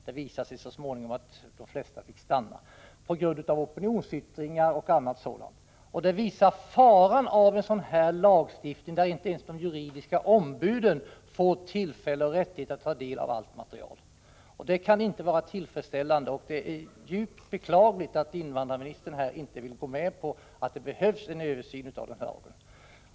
Så småningom kom man fram till att de flesta av dem kunde få stanna, efter opinionsyttringar av olika slag. Detta visar faran av att ha en lagstiftning som inte ens ger de juridiska ombuden tillfälle och rättighet att ta del av allt material. Det kan inte vara tillfredsställande, och det är djupt beklagligt att invandrarministern inte vill hålla med om att det behövs en översyn av lagen.